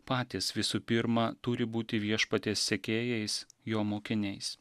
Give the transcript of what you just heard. patys visų pirma turi būti viešpaties sekėjais jo mokiniais